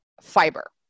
fiber